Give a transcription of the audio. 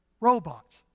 robots